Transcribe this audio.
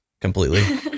completely